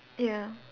ya